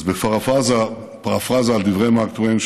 אז בפרפרזה על דברי מארק טוויין,